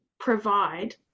provide